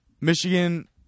Michigan